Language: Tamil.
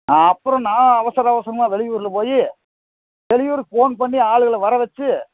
அப்புறம் நான் அவசர அவசரமாக வெளியூரில் போய் வெளியூருக்கு ஃபோன் பண்ணி ஆளுகளை வர வச்சு